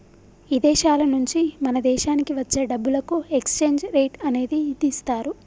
ఇదేశాల నుంచి మన దేశానికి వచ్చే డబ్బులకు ఎక్స్చేంజ్ రేట్ అనేది ఇదిస్తారు